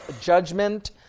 judgment